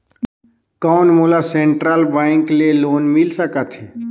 कौन मोला central bank ले लोन मिल सकथे?